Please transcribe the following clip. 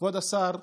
כבוד השר,